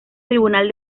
tribunal